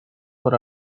por